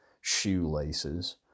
shoelaces